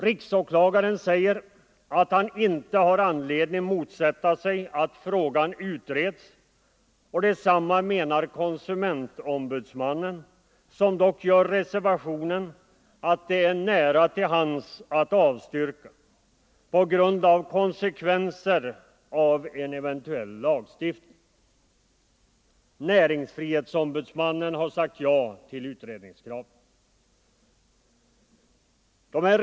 Riksåklagaren säger att han inte har anledning motsätta sig att frågan utreds, och detsamma menar konsumentombudsmannen, som dock gör reservationen att det är nära till hands att avstyrka på grund av konsekvenserna av en eventuell lagstiftning. Näringsfrihetsombudsmannen har sagt ja till utredningskravet.